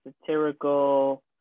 satirical